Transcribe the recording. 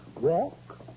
Walk